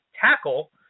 tackle